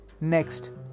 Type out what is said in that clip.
Next